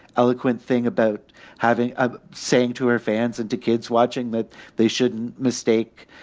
eloquent thing about having a saying to her fans and to kids watching that they shouldn't mistake